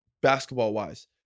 basketball-wise